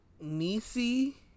Nisi